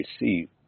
receive